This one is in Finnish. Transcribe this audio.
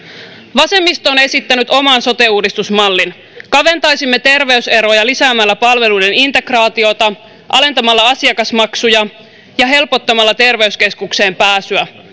vasemmisto on esittänyt oman sote uudistusmallin kaventaisimme terveyseroja lisäämällä palveluiden integraatiota alentamalla asiakasmaksuja ja helpottamalla terveyskeskukseen pääsyä